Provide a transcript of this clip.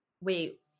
wait